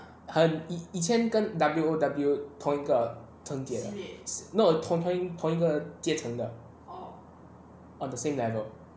很以以前跟 W_O_W 同一个阶介 no 同同一个同一个阶层的 on the same level